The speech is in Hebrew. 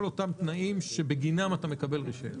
אותם תנאים שבגינם אתה מקבל רישיון,